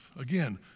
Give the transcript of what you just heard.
Again